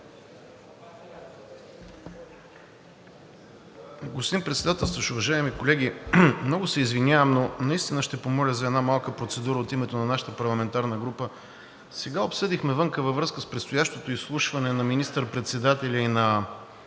Господин Председателстващ, уважаеми колеги! Много се извинявам, но наистина ще помоля за една малка процедура от името на нашата парламентарна група. Сега вън обсъдихме във връзка с предстоящото изслушване на министър-председателя и на